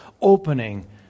opening